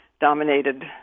dominated